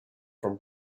from